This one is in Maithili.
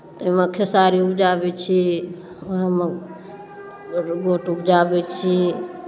ताहिमे खेसारी उपजाबै छी उएहमे गोट उपजाबै छी